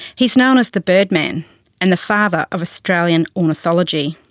he is known as the birdman and the father of australian ornithology.